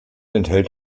enthält